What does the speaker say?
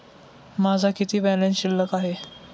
माझा किती बॅलन्स शिल्लक आहे?